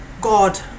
God